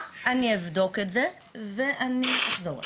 היא אמרה שהיא תבדוק את זה ותחזור אליי.